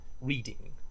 reading